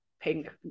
pink